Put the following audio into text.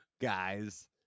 guys